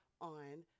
on